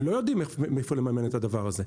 לא יודעים איך לממן את הדבר הזה.